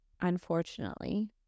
unfortunately